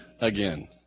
again